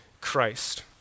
Christ